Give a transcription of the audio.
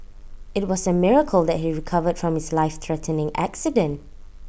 IT was A miracle that he recovered from his life threatening accident